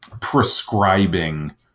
prescribing